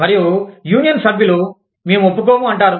మరియు యూనియన్ సభ్యులు మేము ఒప్పుకోము అంటారు